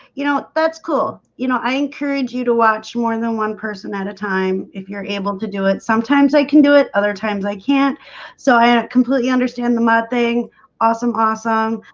you know, that's cool you know, i encourage you to watch more than one person at a time if you're able to do it sometimes i can do it other times. i can't so i completely understand the my thing awesome awesome